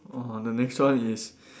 uh the next one is